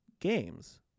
games